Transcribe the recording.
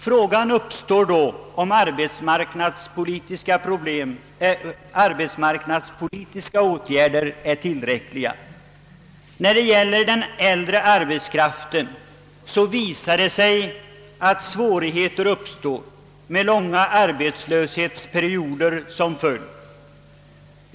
Frågan är då, om arbetsmark nadspolitiska åtgärder är tillräckliga. När det gäller den äldre arbetskraften visar det sig att svårigheter uppstår med långa arbetslöshetsperioder som följd.